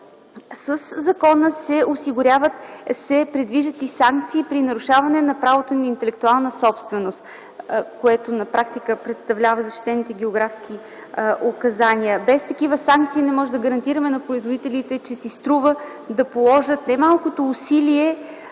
Със закона се предвиждат и санкции при нарушаване правото на интелектуална собственост, което на практика представляват защитените географски указания. Без такива санкции не може да гарантираме на производителите, че си струва да положат немалко усилия,